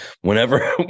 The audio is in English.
whenever